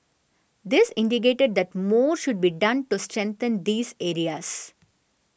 this indicated that more should be done to strengthen these areas